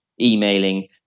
emailing